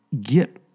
get